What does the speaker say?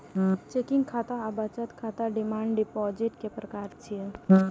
checking खाता आ बचत खाता डिमांड डिपोजिट के प्रकार छियै